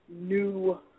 new